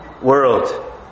world